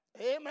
Amen